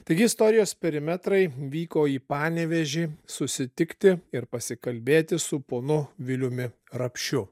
taigi istorijos perimetrai vyko į panevėžį susitikti ir pasikalbėti su ponu viliumi rapšiu